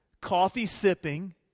coffee-sipping